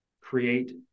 create